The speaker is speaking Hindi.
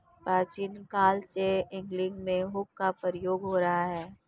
प्राचीन काल से एंगलिंग में हुक का प्रयोग हो रहा है